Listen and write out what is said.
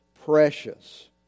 precious